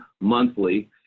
monthly